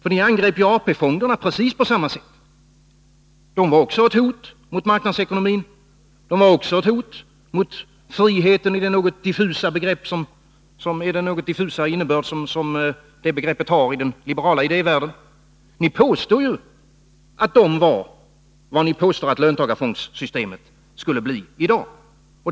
Man angrep ju AP-fonderna precis på samma sätt — de var också ett hot mot marknadsekonomin, de var också ett hot mot friheten i den något diffusa innebörd som det begreppet har i den liberala idéevärlden. Ni påstod ju att de var vad ni i dag påstår att löntagarfondssystemet kommer att bli.